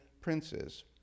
princes